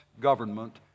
government